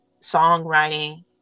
songwriting